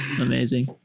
Amazing